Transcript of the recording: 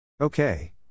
Okay